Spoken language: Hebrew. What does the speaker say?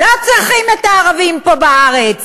לא צריכים את הערבים פה בארץ.